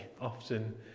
often